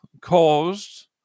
caused